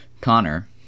Connor